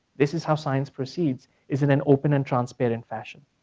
this is how science proceeds, is in an open and transparent fashion.